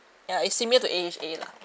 ya it's similar to A_H_A lah